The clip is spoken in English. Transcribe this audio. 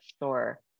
sure